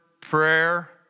prayer